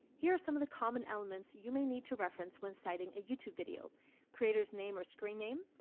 here's some of the common elements you may need to reference when citing a youtube video creator's name or screen name,